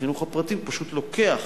החינוך הפרטי פשוט לוקח